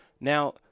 Now